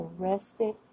arrested